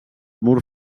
mur